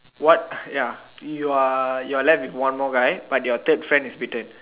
what ya you are you are left with one more guy but your third friend is bitten